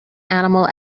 animal